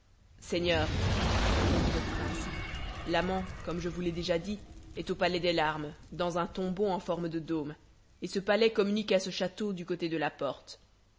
seigneur répondit le prince l'amant comme je vous l'ai déjà dit est au palais des larmes dans un tombeau en forme de dôme et ce palais communique à ce château du côté de la porte